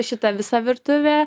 šita visa virtuvė